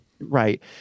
Right